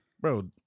bro